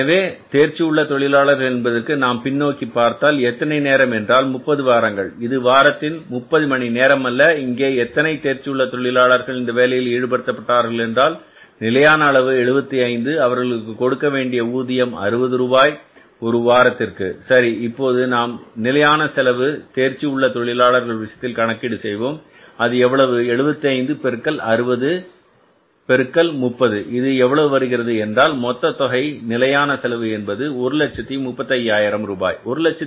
எனவே தேர்ச்சி உள்ள தொழிலாளர் என்பதற்கு நாம் பின்னோக்கி பார்த்தால் எத்தனை நேரம் என்றால் 30 வாரங்கள் இது வாரத்தின் 30 மணி நேரம் அல்ல இங்கே எத்தனை தேர்ச்சி உள்ள தொழிலாளர்கள் இந்த வேலையில் ஈடுபடுத்தப்பட்டார்கள் என்றால் நிலையான அளவு 75 அவர்களுக்கு கொடுக்க வேண்டிய ஊதியம் 60 ரூபாய் ஒருவாரத்திற்கு சரி இப்போது நாம் நிலையான செலவை தேர்ச்சி உள்ள தொழிலாளர்கள் விஷயத்தில் கணக்கீடு செய்வோம் அது எவ்வளவு 75 பெருக்கல் 60 பெருக்கல் 30 இது எவ்வளவு வருகிறது என்றால் மொத்த தொகை நிலையான செலவு என்பது ரூபாய் 135000